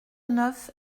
neuf